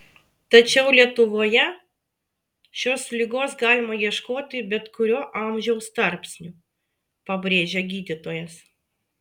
tačiau lietuvoje šios ligos galima ieškoti bet kuriuo amžiaus tarpsniu pabrėžia gydytojas